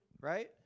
Right